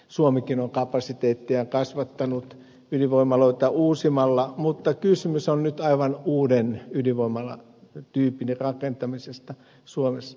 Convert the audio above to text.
suomikin on kapasiteettejään kasvattanut ydinvoimaloita uusimalla mutta kysymys on nyt aivan uuden ydinvoimalatyypin rakentamisesta suomessa